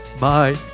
Bye